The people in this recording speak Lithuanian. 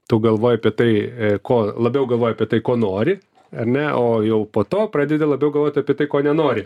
tu galvoji apie tai ko labiau galvoji apie tai ko nori ar ne o jau po to pradedi labiau galvoti apie tai ko nenori